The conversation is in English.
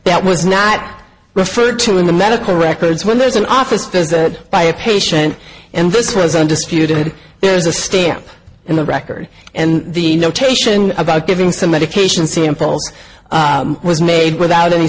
that was not referred to in the medical records when there's an office visit by a patient and this was undisputed there's a stamp in the record and the notation about giving some medication see unfold was made without any